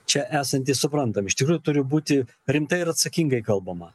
čia esantys suprantam iš tikrųjų turi būti rimtai ir atsakingai kalbama